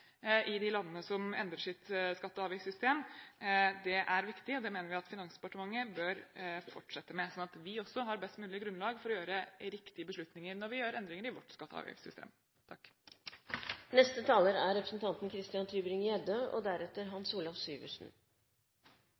i de landene som endrer sitt skatte- og avgiftssystem, er viktig. Det mener vi at Finansdepartementet bør fortsette med, sånn at vi også har best mulig grunnlag for å gjøre riktige beslutninger når vi gjør endringer i vårt skatte- og avgiftssystem. Nå sa representanten Marianne Marthinsen at hun var litt ny i finanskomiteen og